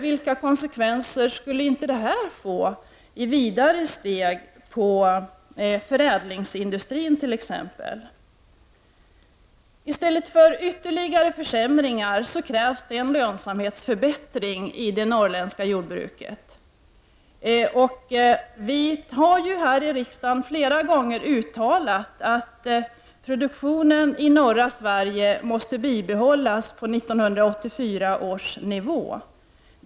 Vilka konsekvenser skulle inte det här få i följande steg, på förädlingsindustrin t.ex.? I stället för ytterligare försämringar krävs det lönsamhetsförbättring i det norrländska jordbruket. Vi har ju här i riksdagen flera gånger uttalat att produktionen i norra Sverige måste bibehållas på 1984 års nivå.